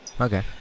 Okay